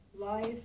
life